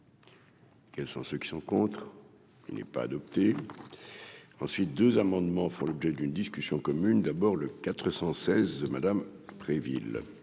Quels sont ceux qui sont contre n'est pas adopté ensuite 2 amendements font l'objet d'une discussion commune d'abord le 416 madame Préville.